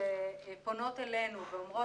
שפונות אלינו ואומרות,